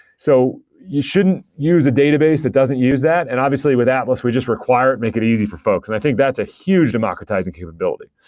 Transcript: so you shouldn't use a database that doesn't use that, and obviously with atlas, we just require it and make it easy for folks. and i think that's a huge democratizing capability.